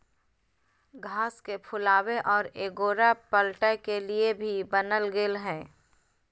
घास के फुलावे और एगोरा पलटय के लिए भी बनाल गेल हइ